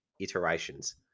iterations